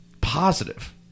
positive